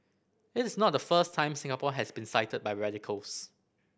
it is not the first time Singapore has been cited by radicals